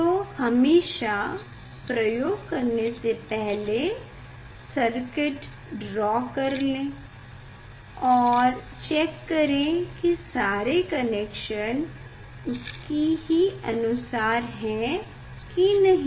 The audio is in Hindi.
तो हमेशा प्रयोग करने से पहले सर्किट ड्रॉ कर लें और चेक करें की सारे कनेक्शन उसकी ही अनुसार हैं की नहीं